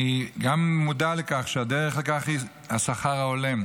אני גם מודע לכך שהדרך לכך היא השכר ההולם.